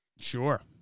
Sure